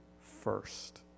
first